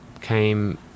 came